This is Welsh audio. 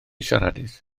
siaradus